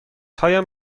هایم